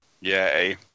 Yay